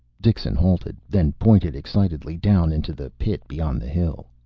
dixon halted, then pointed excitedly down into the pit beyond the hill.